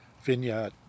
vineyard